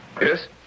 Yes